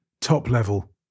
top-level